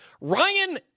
Ryan